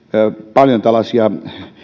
paljon tällaisia